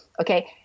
Okay